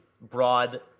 broad